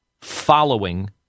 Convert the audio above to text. following